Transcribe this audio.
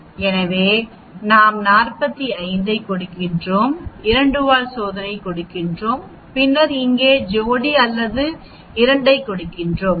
எனவே இங்கே நாம் 45 ஐ கொடுக்கிறோம் இரண்டு வால் சோதனை கொடுக்கிறோம் பின்னர் இங்கே ஜோடி அல்லது இரண்டைக் கொடுக்கிறோம்